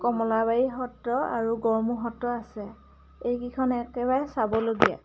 কমলাবাৰী সত্ৰ আৰু গড়মূৰ সত্ৰ আছে এইকেইখন একেবাৰে চাবলগীয়া